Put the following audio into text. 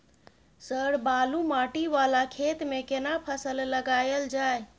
Sir बालू माटी वाला खेत में केना फसल लगायल जाय?